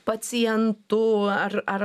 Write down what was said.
pacientu ar ar